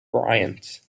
bryant